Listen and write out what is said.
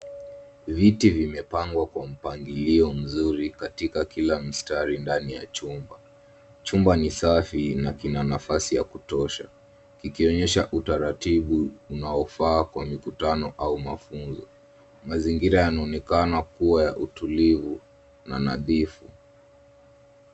Viti vimepangwa kwa mpangilio mzuri katika kila mstari ndani ya chumba ,chumba ni safi na kina nafasi ya kutosha ikionyesha utaratibu unaofaa kwa mikutano au mafunzo ,mazingira yanaonekana kuwa ya utulivu na nadhifu.